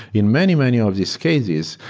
in many, many of these cases,